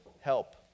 help